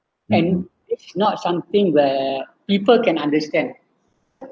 and it's not something where people can understand